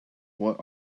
what